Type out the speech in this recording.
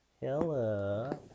Hello